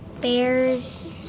bears